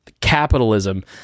capitalism